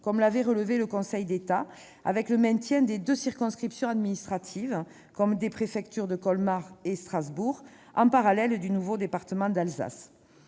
d'État avait relevé ce point -, avec le maintien des deux circonscriptions administratives et des préfectures de Colmar et de Strasbourg en parallèle du nouveau département d'Alsace.